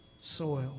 soil